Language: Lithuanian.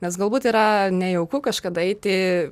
nes galbūt yra nejauku kažkada eiti